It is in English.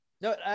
No